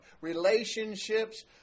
relationships